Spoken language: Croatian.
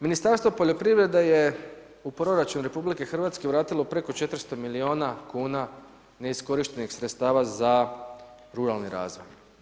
Ministarstvo poljoprivrede je u proračun RH vratilo preko 400 milijuna kuna, neiskorištenih sredstava za ruralni razvoj.